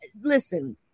listen